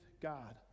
God